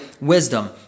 wisdom